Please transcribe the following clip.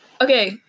Okay